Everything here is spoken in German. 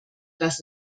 das